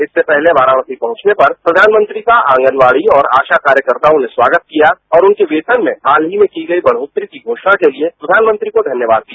इससे पहले वाराणसी पहंचने पर प्रधानमंत्री का आगनवाड़ी और आशा कार्यकताओं ने स्वागत किया और उनके वेतन में हाल ही में की गई बढ़ोत्तरी की घोषणा के लिए प्रधानमंत्री को धन्यवाद दिया